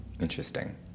interesting